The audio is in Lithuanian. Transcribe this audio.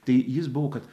tai jis buvo kad